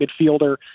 midfielder